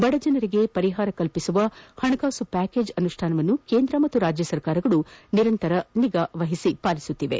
ಬಡಜನರಿಗೆ ಪರಿಹಾರ ಕಲ್ಪಿಸುವ ಪಣಕಾಸು ಪ್ಯಾಕೇಜ್ ಅನುಷ್ಠಾನವನ್ನು ಕೇಂದ್ರ ಮತ್ತು ರಾಜ್ಯ ಸರ್ಕಾರಗಳು ನಿರಂತರ ನಿಗಾವಹಿಸಿವೆ